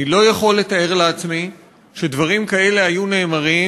אני לא יכול לתאר לעצמי שדברים כאלה היו נאמרים